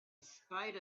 spite